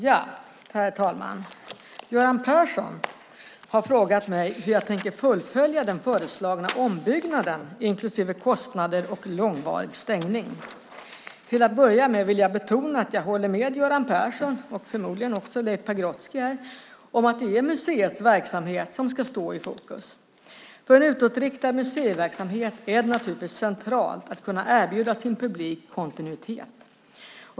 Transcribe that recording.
Herr talman! Göran Persson i Simrishamn har frågat mig hur jag tänker fullfölja den föreslagna ombyggnaden inklusive kostnader och långvarig stängning. Till att börja med vill jag betona att jag håller med Göran Persson, och förmodligen också Leif Pagrotsky här, om att det är museets verksamhet som ska stå i fokus. För en utåtriktad museiverksamhet är det naturligtvis centralt att kunna erbjuda sin publik kontinuitet.